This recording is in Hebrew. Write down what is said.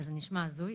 זה נשמע הזוי.